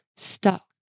Stuck